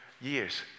years